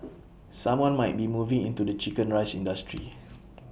someone might be moving into the Chicken Rice industry